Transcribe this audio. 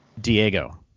Diego